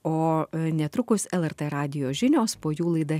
o netrukus lrt radijo žinios po jų laida